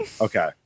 Okay